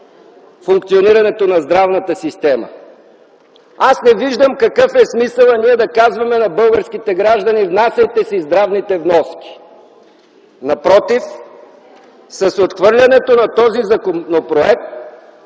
функционирането на здравната система. Аз не виждам какъв е смисълът да казваме на българските граждани „внасяйте си здравните вноски”. Напротив, с отхвърлянето на този законопроект